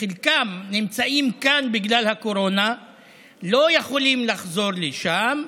שחלקם נמצאים כאן בגלל הקורונה ולא יכולים לחזור לשם,